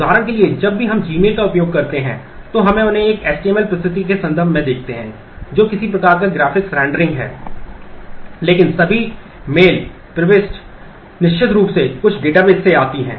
उदाहरण के लिए जब भी हम gmail का उपयोग करते हैं तो हम उन्हें एक HTML प्रस्तुति के संदर्भ में देखते हैं जो किसी प्रकार का ग्राफिक्स रेंडरिंग है लेकिन सभी मेल प्रविष्टि निश्चित रूप से कुछ डेटाबेस से आती हैं